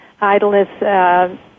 idleness